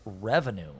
revenue